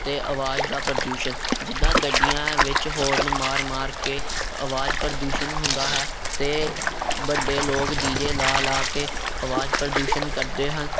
ਅਤੇ ਆਵਾਜ਼ ਦਾ ਪ੍ਰਦੂਸ਼ਣ ਜਿੱਦਾਂ ਗੱਡੀਆਂ ਵਿੱਚ ਹੋਰਨ ਮਾਰ ਮਾਰ ਕੇ ਆਵਾਜ਼ ਪ੍ਰਦੂਸ਼ਣ ਹੁੰਦਾ ਹੈ ਅਤੇ ਵੱਡੇ ਲੋਕ ਡੀ ਜੇ ਲਾ ਲਾ ਕੇ ਆਵਾਜ਼ ਪ੍ਰਦੂਸ਼ਣ ਕਰਦੇ ਹਨ